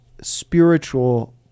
spiritual